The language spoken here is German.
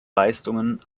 leistungen